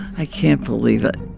i can't believe it